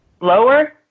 Lower